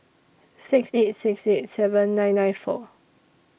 six eight six eight seven nine nine four